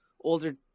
older